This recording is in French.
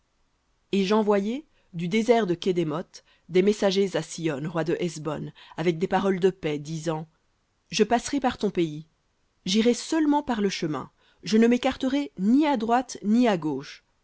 et j'envoyai du désert de kedémoth des messagers à sihon roi de hesbon avec des paroles de paix disant je passerai par ton pays j'irai seulement par le chemin je ne m'écarterai ni à droite ni à gauche